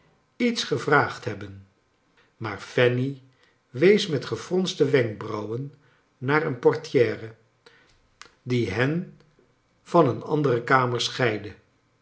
iets gevraagd hebben maar fanny wees met gefronste wenkrauwen near een portiere die hen van een andeie kamer